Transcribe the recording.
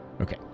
Okay